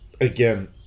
again